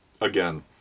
again